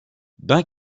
bain